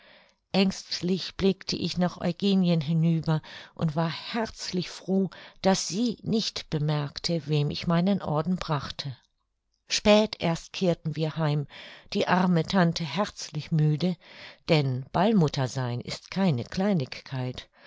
aengstlich blickte ich nach eugenien hinüber und war herzlich froh daß sie nicht bemerkte wem ich meinen orden brachte spät erst kehrten wir heim die arme tante herzlich müde denn ballmutter sein ist keine